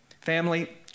Family